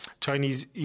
Chinese